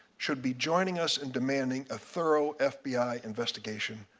should be joining us in demanding a thorough fbi investigation,